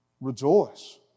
rejoice